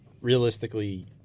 Realistically